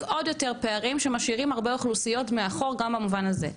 עוד יותר פערים שמשאירים הרבה אוכלוסיות מאחור גם במובן הזה.